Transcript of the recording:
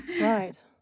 Right